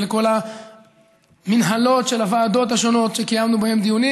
ולכל המינהלות של הוועדות השונות שקיימנו בהן דיונים,